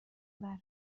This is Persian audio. مطالعه